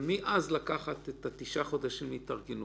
ומאז לקחת את תשעת החודשים להתארגנות.